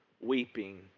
weeping